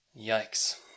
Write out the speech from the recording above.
Yikes